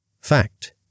Fact